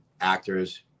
actors